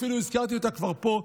אפילו הזכרתי אותה כבר פה.